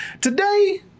Today